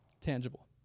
tangible